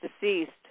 deceased